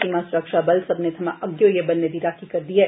सीमा सुरक्षा बल सब्बने थमां अग्गें होइयै बन्ने दी राक्खी करदे न